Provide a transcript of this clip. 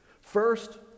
First